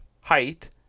Height